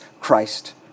Christ